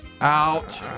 Out